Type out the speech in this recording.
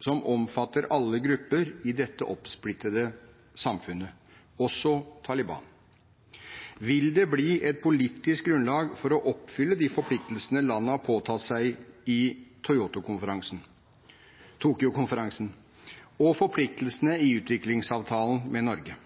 som omfatter alle grupper i dette oppsplittede samfunnet, også Taliban? Vil det bli et politisk grunnlag for å oppfylle de forpliktelsene landet har påtatt seg, i Tokyo-konferansen? Og hva med forpliktelsene i utviklingsavtalen med Norge?